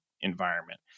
environment